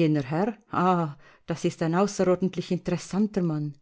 jener herr ah das ist ein außerordentlich interessanter mann